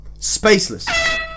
spaceless